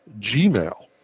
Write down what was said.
Gmail